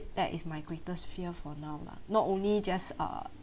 that is my greatest fear for now lah not only just err